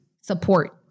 support